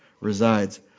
resides